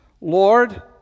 Lord